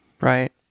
Right